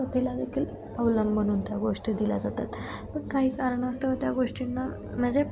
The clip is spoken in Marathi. कथेला देखील अवलंबून त्या गोष्टी दिल्या जातात पण काही कारणास्तव त्या गोष्टींना म्हणजे